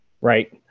Right